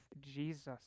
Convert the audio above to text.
Jesus